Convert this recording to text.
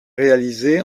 réalisés